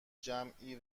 جمعی